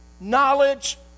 knowledge